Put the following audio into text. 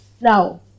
Now